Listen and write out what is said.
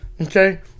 Okay